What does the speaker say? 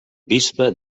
bisbe